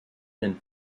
and